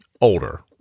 older